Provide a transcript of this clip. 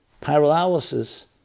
paralysis